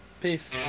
peace